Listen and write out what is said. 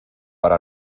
para